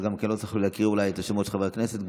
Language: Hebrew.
אז גם לא צריך להקריא אולי את השמות של חברי הכנסת.